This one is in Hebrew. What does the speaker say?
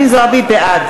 בעד